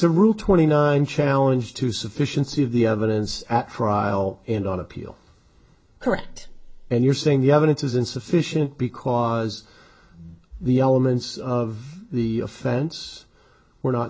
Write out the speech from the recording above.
a rule twenty nine challenge to sufficiency of the evidence at trial and on appeal correct and you're saying the evidence is insufficient because the elements of the offense were not